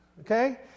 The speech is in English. Okay